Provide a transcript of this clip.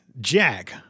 Jack